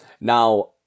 now